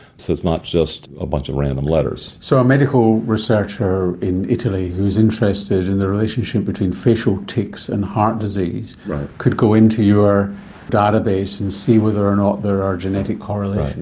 so it's not just a bunch of random letters. letters. so a medical researcher in italy who's interested in the relationship between facial tics and heart disease could go into your database and see whether or not there are genetic correlations.